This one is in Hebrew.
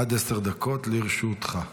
עד עשר דקות לרשותך.